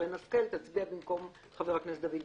שרן השכל תצביע במקום חבר הכנסת דוד ביטן.